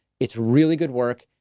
it's really good work.